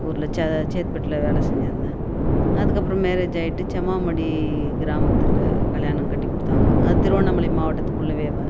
ஊரில் சே சேத்துப்பட்டில் வேலை செஞ்சின்னுருந்தேன் அதுக்கு அப்புறம் மேரேஜ் ஆகிட்டு சமாமடி கிராமத்தில் கல்யாணம் கட்டி கொடுத்தாங்க அது திருவண்ணாமலை மாவட்டத்துக்குள்ளவே